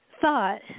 thought